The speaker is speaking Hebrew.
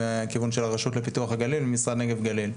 מהכיוון של הרשות לפיתוח הגליל משרד נגב גליל.